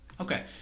Okay